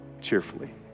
cheerfully